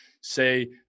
say